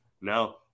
No